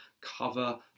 cover